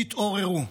תתעוררו.